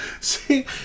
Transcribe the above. See